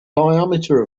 diameter